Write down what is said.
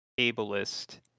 ableist